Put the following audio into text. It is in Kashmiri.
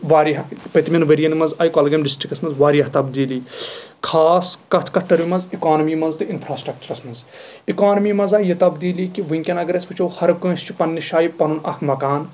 واریاہ پٔتۍ مٮ۪ن ؤرۍ ین منٛز آیہِ کۄلگٲم ڈِسٹرکس منٛز واریاہ تبدیٖلی خاص کَتھ کَتھ ٹٔرمہِ منٛز اِکانمی منٛز تہٕ اِنفرا سٹرکچرَس منٛز اِکانمی منٛز آیہِ یہِ تبدیٖلی کہِ ؤنکٮ۪ن اَگر أسۍ وُچھو ہر کٲنٛسہِ چھُ پَنٕنہِ جایہِ پَنُن اکھ مکان